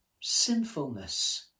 sinfulness